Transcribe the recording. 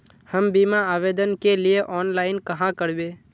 हम बीमा आवेदान के लिए ऑनलाइन कहाँ करबे?